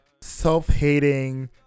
self-hating